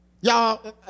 Y'all